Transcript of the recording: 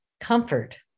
comfort